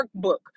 workbook